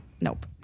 nope